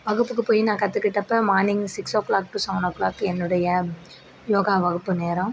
வகுப்புக்கு போய் நான் கற்றுக்கிட்டப்ப morning six o'clock to seven o'clock என்னுடைய யோகா வகுப்பு நேரம்